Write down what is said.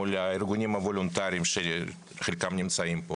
מול הארגונים הוולונטריים שחלקם נמצאים פה.